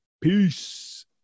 Peace